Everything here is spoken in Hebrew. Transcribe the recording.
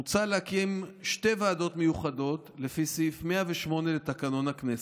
מוצע להקים שתי ועדות מיוחדות לפי סעיף 108 לתקנון הכנסת.